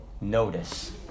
notice